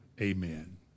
Amen